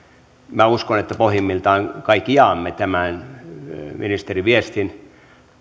minä uskon että pohjimmiltamme kaikki jaamme tämän ministerin viestin